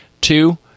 Two